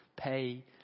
pay